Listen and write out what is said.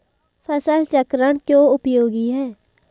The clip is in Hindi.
फसल चक्रण क्यों उपयोगी है?